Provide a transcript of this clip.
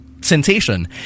sensation